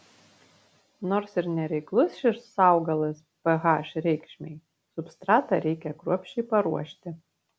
nors ir nereiklus šis augalas ph reikšmei substratą reikia kruopščiai paruošti